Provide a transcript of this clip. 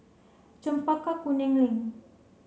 Chempaka Kuning Link